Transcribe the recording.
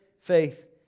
faith